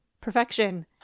Perfection